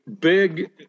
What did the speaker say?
big